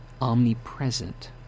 omnipresent